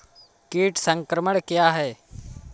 कीट संक्रमण क्या है?